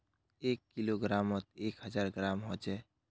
एक किलोग्रमोत एक हजार ग्राम होचे